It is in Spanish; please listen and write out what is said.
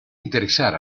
interesar